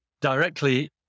directly